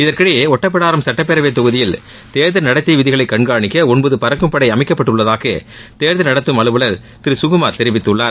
இதற்கிடையே ஓட்டப்பிடாரம் சுட்டப்பேரவைத் தொகுதியில் தேர்தல் நடத்தை விதிகளை கண்காணிக்க ஒன்பது பறக்கும்படை அமைக்கப்பட்டுள்ளதாக தேர்தல் நடத்தும் அலுவல் திரு சுகுமார் தெரிவித்துள்ளார்